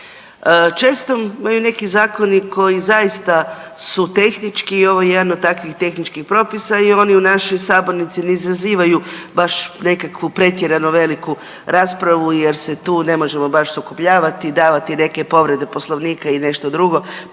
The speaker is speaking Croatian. Često imaju neki zakoni koji zaista su tehnički i ovo je jedan od takvih tehničkih propisa i oni u našoj sabornici ne izazivaju baš nekakvu pretjerano veliku raspravu jer se tu ne možemo baš sukobljavati i davati neke povrede Poslovnika i nešto drugo